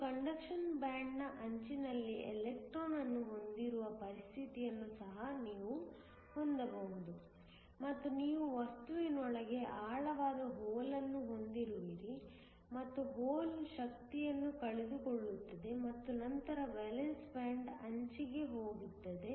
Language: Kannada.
ನೀವು ಕಂಡಕ್ಷನ್ ಬ್ಯಾಂಡ್ ನ ಅಂಚಿನಲ್ಲಿ ಎಲೆಕ್ಟ್ರಾನ್ ಅನ್ನು ಹೊಂದಿರುವ ಪರಿಸ್ಥಿತಿಯನ್ನು ಸಹ ನೀವು ಹೊಂದಬಹುದು ಮತ್ತು ನೀವು ವಸ್ತುವಿನೊಳಗೆ ಆಳವಾದ ಹೋಲ್ ಅನ್ನು ಹೊಂದಿರುವಿರಿ ಮತ್ತು ಹೋಲ್ವು ಶಕ್ತಿಯನ್ನು ಕಳೆದುಕೊಳ್ಳುತ್ತದೆ ಮತ್ತು ನಂತರ ವೇಲೆನ್ಸ್ ಬ್ಯಾಂಡ್ ನ ಅಂಚಿಗೆ ಹೋಗುತ್ತದೆ